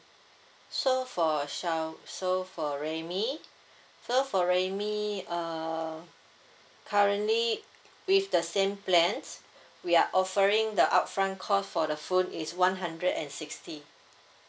so for xiao~ so for so for uh currently with the same plans we are offering the upfront cost for the phone is one hundred and sixty